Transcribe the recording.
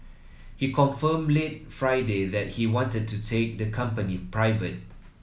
he confirmed late Friday that he wanted to take the company private